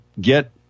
get